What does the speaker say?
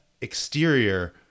exterior